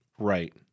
Right